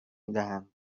میدهند